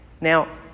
Now